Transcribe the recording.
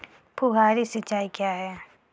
फुहारी सिंचाई क्या है?